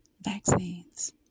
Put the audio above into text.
vaccines